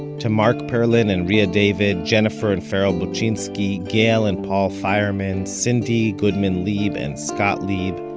to mark perlin and ria david, jennifer and fareel buchinsky, gail and paul fireman, cindy goodman-leib and scott leib,